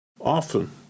often